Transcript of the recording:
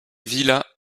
villas